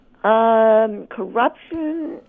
Corruption